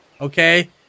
okay